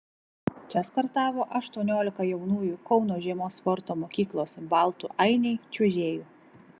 čia startavo aštuoniolika jaunųjų kauno žiemos sporto mokyklos baltų ainiai čiuožėjų